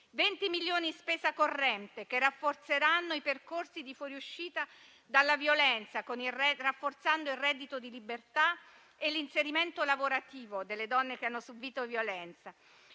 milioni in spesa corrente che consolideranno i percorsi di fuoriuscita dalla violenza, rafforzando il reddito di libertà e l'inserimento lavorativo delle donne che hanno subito violenza,